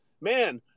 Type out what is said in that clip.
man